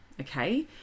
Okay